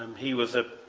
he was ah